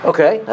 Okay